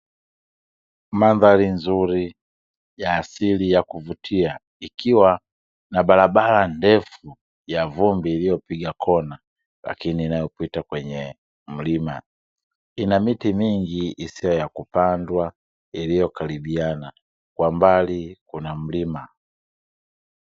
Mandhari nzuri ya asili, ya kuvutia, ikiwa na barabara ndefu ya vumbi, iliopiga kona, lakini inayopita kwenye mlima, ina miti mingi isiyo ya kupandwa iliyo karibiana, kwa mbali kuna mlima.